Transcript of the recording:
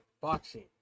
boxing